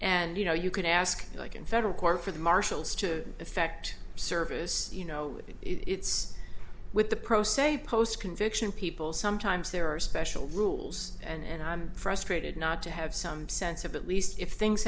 and you know you can ask like in federal court for the marshals to effect service you know it's with the pro se post conviction people sometimes there are special rules and i'm frustrated not to have some sense of at least if things